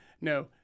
no